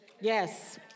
Yes